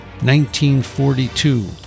1942